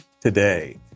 today